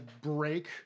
break